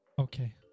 Okay